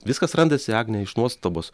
viskas randasi agne iš nuostabos